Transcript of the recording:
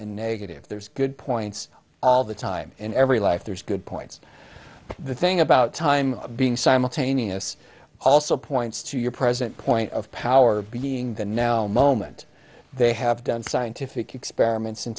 and negative there's good points all the time in every life there's good points but the thing about time being simultaneous also points to your present point of power being the now moment they have done scientific experiments